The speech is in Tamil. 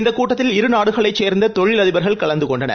இந்தக் கூட்டத்தில் இரு நாடுகளைச் சேர்ந்ததொழிலதிபர்கள் கலந்துகொண்டனர்